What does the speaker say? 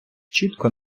чітко